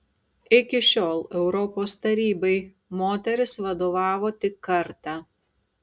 iki šiol europos tarybai moteris vadovavo tik kartą